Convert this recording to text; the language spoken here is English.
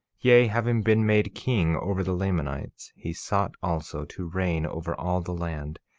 yea, having been made king over the lamanites, he sought also to reign over all the land,